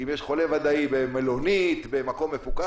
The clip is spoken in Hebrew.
אם יש חולה ודאי במלונית במקום מפוקח,